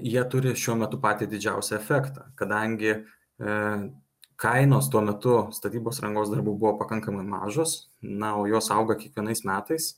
jie turi šiuo metu patį didžiausią efektą kadangi e kainos tuo metu statybos rangos darbų buvo pakankamai mažos na o jos auga kiekvienais metais